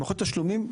מערכות תשלומים,